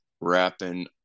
wrapping